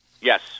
Yes